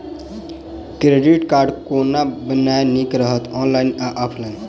Credit card कोना बनेनाय नीक रहत? ऑनलाइन आ की ऑफलाइन?